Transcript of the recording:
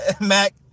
Mac